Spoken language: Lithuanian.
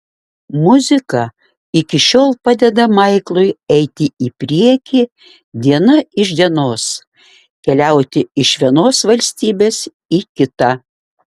muzika iki šiol padeda maiklui eiti į priekį diena iš dienos keliauti iš vienos valstybės į kitą